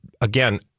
again